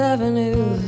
Avenue